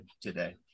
today